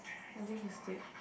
I think he is dead